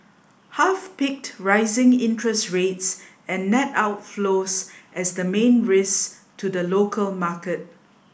half picked rising interest rates and net outflows as the main risks to the local market